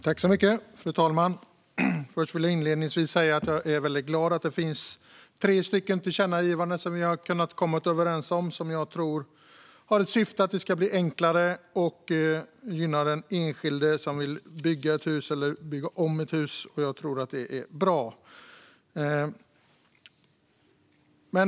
Fru talman! Jag vill inledningsvis säga att jag är väldigt glad att vi har kunnat komma överens om tre tillkännagivanden, som har till syfte att det ska bli enklare och att gynna den enskilde som vill bygga ett hus eller bygga om ett hus. Jag tror att det är bra.